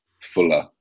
fuller